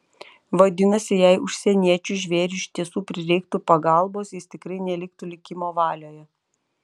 vadinasi jei užsieniečiui žvėriui iš tiesų prireiktų pagalbos jis tikrai neliktų likimo valioje